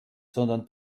sondern